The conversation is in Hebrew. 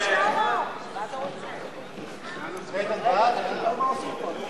החוק כולו חוזר לוועדה ואנחנו מפסיקים.